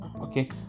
okay